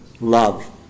love